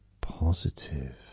positive